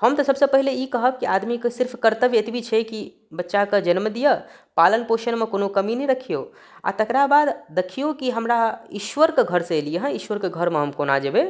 हम तऽ सभसँ पहिले ई कहब कि आदमीके सिर्फ कर्तव्य एतबी छै कि बच्चाके जन्म दिअ पालन पोषणमे कोनो कमी नहि रखियौ आ तकरा बाद देखियौ कि हमरा ईश्वरके घरसँ एलियैए ईश्वरके घरमे हम कोना जेबै